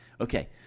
okay